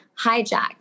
hijacked